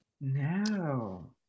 No